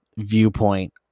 viewpoint